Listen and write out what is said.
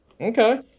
Okay